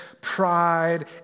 pride